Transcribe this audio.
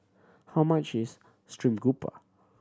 how much is stream grouper